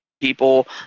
people